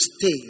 stay